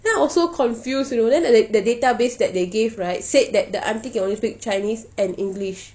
then I was so confused you know then the that database that they gave right said that the aunty can only speak chinese and english